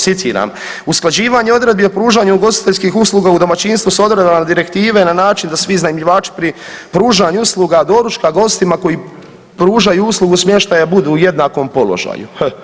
Citiram, usklađivanje odredbi o pružanju ugostiteljskih usluga u domaćinstvu s odredbama direktive na način da svi iznajmljivači pri pružanju usluga doručka gostima koji pružaju uslugu smještaja budu u jednakom položaju.